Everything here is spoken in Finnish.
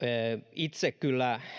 itse kyllä